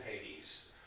Hades